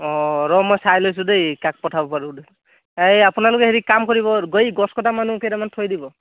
অঁ ৰ'হ মই চাই লৈছোঁ দেই কাক পঠাব পাৰোঁ এই আপোনালোকে হেৰি কাম কৰিব গছ কটা মানুহ কেইটামান থৈ দিব